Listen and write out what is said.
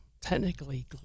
technically